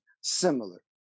similar